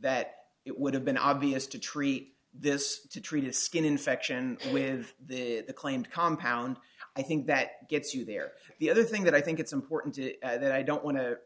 that it would have been obvious to treat this to treat a skin infection with a claimed compound i think that gets you there the other thing that i think it's important to that i don't want to